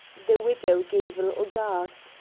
the widow gave a little gasp,